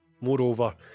Moreover